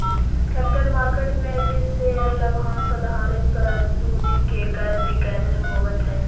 capital market में भी share लाभांश आधारित प्रतिभूति के क्रय विक्रय होवऽ हई